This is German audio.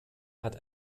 hat